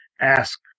ask